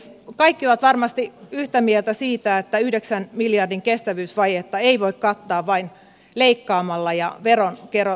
kaikki ovat varmasti yhtä mieltä siitä että yhdeksän miljardin euron kestävyysvajetta ei voi kattaa vain leikkaamalla ja veronkorotuksilla